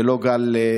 ולא בגל שני.